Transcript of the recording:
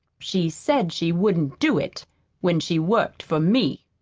she said she wouldn't do it when she worked for me.